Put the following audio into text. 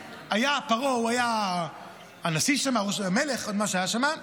פרעה היה הנשיא, המלך, מה שהיה שם,